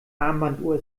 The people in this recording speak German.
armbanduhr